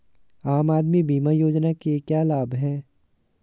आम आदमी बीमा योजना के क्या लाभ हैं?